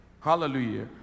Hallelujah